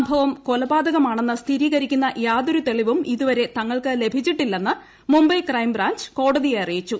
സംഭവം കൊലപാതകമാണ്ണ്ന് സ്ഥിരീകരിക്കുന്ന യാതൊരു തെളിവും ഇതുവരെ തങ്ങൾക്ക് ലഭിച്ചിട്ടില്ലെന്ന് മുംബൈ ക്രൈംബ്രാഞ്ച് കോടതിയെ അറിയിച്ചു